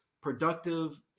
productive